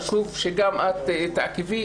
חשוב שגם את תעקבי